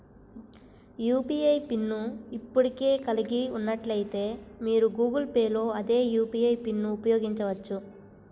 UPI pin ను ఇప్పటికే కలిగి ఉన్నట్లయితే, మీరు గూగుల్ పే లో అదే యూ.పీ.ఐ పిన్ను ఉపయోగించవచ్చు